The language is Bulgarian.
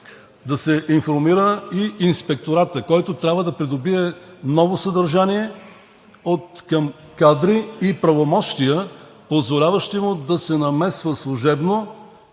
да се информира и Инспектората, който трябва да придобие ново съдържание откъм кадри и правомощия, позволяващи му да се намесва служебно,